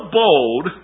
bold